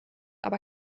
aber